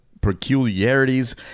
peculiarities